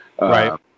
Right